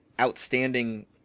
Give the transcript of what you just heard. outstanding